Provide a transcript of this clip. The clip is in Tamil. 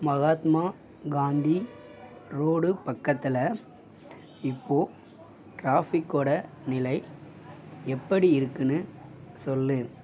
மஹாத்மா காந்தி ரோடு பக்கத்தில் இப்போது டிராஃபிக்கோட நிலை எப்படி இருக்குன்னு சொல்